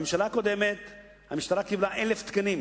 בממשלה הקודמת המשטרה קיבלה 1,000 תקנים,